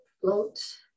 float